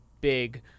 big